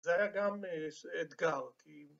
‫זה היה גם אתגר.